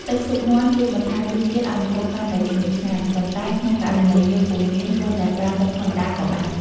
ទឹកស៊ុបមាន់ជួយបន្ថែមរសជាតិឱ្យម្ហូបកាន់តែឈ្ងុយឆ្ងាញ់ ប៉ុន្តែក្នុងករណីយើងពុំមាន គ្រាន់តែប្រើទឹកធម្មតាក៏បាន។